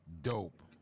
dope